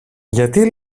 γιατί